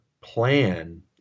plan